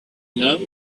love